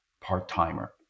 part-timer